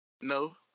no